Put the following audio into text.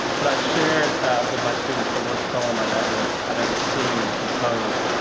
but i shared with my students the worst poem i'd ever i'd ever seen composed.